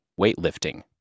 weightlifting